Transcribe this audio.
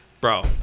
bro